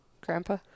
Grandpa